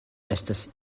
estas